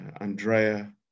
Andrea